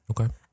Okay